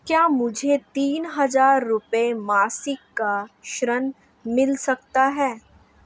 क्या मुझे तीन हज़ार रूपये मासिक का ऋण मिल सकता है?